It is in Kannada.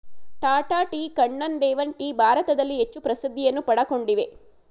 ಟಾಟಾ ಟೀ, ಕಣ್ಣನ್ ದೇವನ್ ಟೀ ಭಾರತದಲ್ಲಿ ಹೆಚ್ಚು ಪ್ರಸಿದ್ಧಿಯನ್ನು ಪಡಕೊಂಡಿವೆ